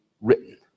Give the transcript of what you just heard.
written